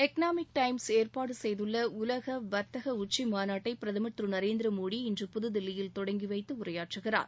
economic Times ஏற்பாடு செய்துள்ள உலக வாத்தக உச்சி மாநாட்டை பிரதமன் திரு நரேந்திர மோடி இன்று புதுதில்லியில் தொடங்கிவைத்து உரையாற்றுகிறாா